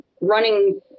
running